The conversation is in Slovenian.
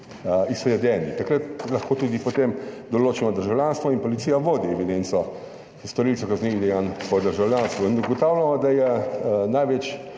izvedeni. Takrat lahko tudi, potem določimo državljanstvo in policija vodi evidenco storilcev kaznivih dejanj po državljanstvu. Ugotavljamo, da je največ